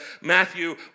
Matthew